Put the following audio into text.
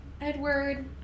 Edward